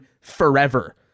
forever